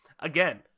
Again